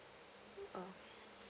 uh